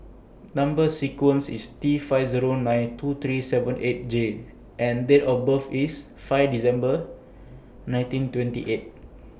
Number sequence IS T five Zero nine two three seven eight J and Date of birth IS five December nineteen twenty eight